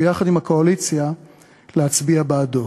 ויחד עם הקואליציה להצביע בעדו.